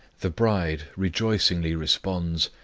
the bride rejoicingly responds,